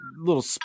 little